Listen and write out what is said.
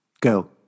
Go